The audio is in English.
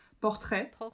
Portrait